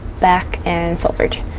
back, and forward.